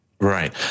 Right